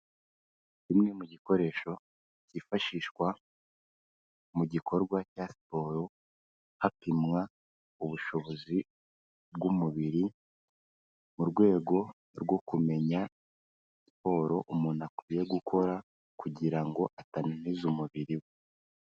Bimwe mu gikoresho cyifashishwa mu gikorwa cya siporo hapimwa ubushobozi bw'umubiri, mu rwego rwo kumenya siporo umuntu akwiye gukora kugira ngo atananiza umubiri we.